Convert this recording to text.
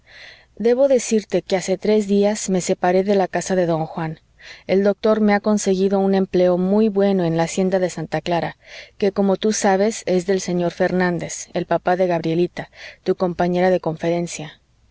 debo decirte que hace tres días me separé de la casa de don juan el doctor me ha conseguido un empleo muy bueno en la hacienda de santa clara que como tú sabes es del señor fernández el papá de gabrielita tu compañera de conferencia